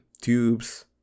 tubes